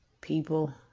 people